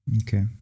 Okay